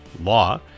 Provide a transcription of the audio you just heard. Law